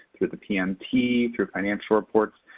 through the pmt, through financial reports,